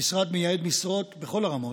המשרד מייעד משרות בכל הרמות,